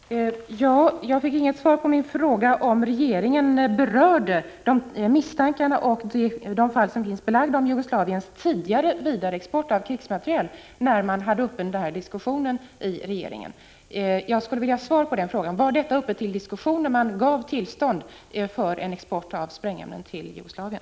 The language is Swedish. Herr talman! Jag fick inget svar på min fråga om huruvida regeringen berörde misstankarna och de fall där det finns belägg för Jugoslaviens tidigare vidareexport av krigsmateriel, när man diskuterade frågan i regeringen. Jag skulle vilja ha svar på frågan: Var detta uppe till diskussion när man gav tillstånd för export av sprängämnen till Jugoslavien?